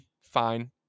Fine